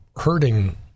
hurting